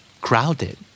Crowded